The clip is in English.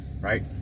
right